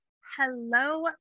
Hello